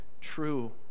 true